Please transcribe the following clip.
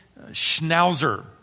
schnauzer